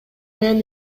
менен